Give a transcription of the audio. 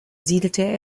siedelte